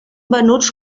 venuts